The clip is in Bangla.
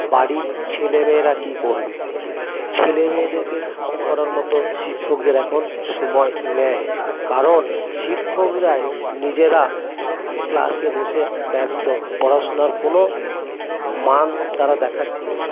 বাড়ির ছেলে মেয়েরা কী করবে ছেলে মেয়েদেরকে শাসন করার মতো শিক্ষকদের এখন সময় নেই কারণ শিক্ষকরাই নিজেরা ক্লাসে বসে ব্যস্ত পড়াশোনার কোনো মান তারা দেখাচ্ছেন না